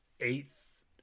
eighth